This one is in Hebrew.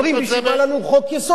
אומרים: בשביל מה לנו חוק-יסוד,